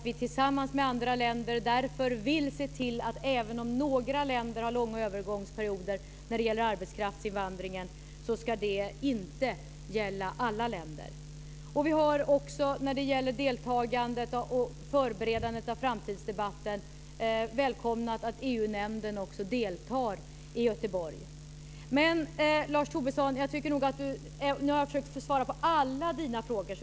Vi tillsammans med andra länder vill därför se till, även om några länder har långa övergångsperioder när det gäller arbetskraftsinvandringen, att de inte ska gälla alla länder. Vi har också när det gäller deltagandet och förberedandet av framtidsdebatten välkomnat att EU-nämnden deltar i Göteborg. Nu har jag försökt att svara på alla Lars Tobissons frågor.